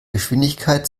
geschwindigkeit